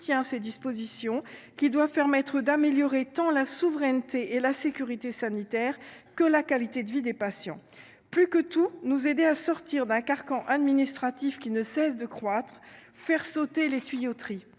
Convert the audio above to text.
soutient ces dispositions qui doit permettre d'améliorer tant la souveraineté et la sécurité sanitaire que la qualité de vie des patients plus que tout, nous aider à sortir d'un carcan administratif qui ne cesse de croître, faire sauter les tuyauteries